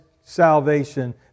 salvation